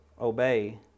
obey